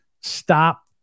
Stop